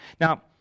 Now